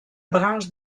branche